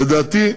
לדעתי,